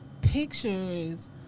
pictures